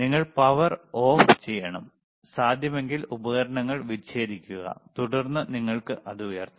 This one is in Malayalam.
നിങ്ങൾ പവർ ഓഫ് ചെയ്യണം സാധ്യമെങ്കിൽ ഉപകരണങ്ങൾ വിച്ഛേദിക്കുക തുടർന്ന് നിങ്ങൾക്ക് അത് ഉയർത്താം